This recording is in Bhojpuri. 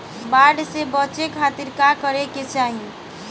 बाढ़ से बचे खातिर का करे के चाहीं?